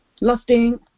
lusting